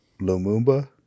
lumumba